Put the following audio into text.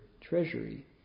treasury